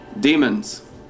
Demons